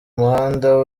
muhanda